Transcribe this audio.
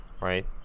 right